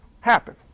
happen